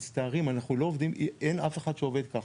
מצטערים, אנחנו לא עובדים, אין אף אחד שעובד ככה.